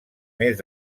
més